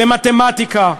למתמטיקה.